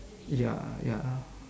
ya ya